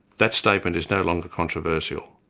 that statement is no longer controversial.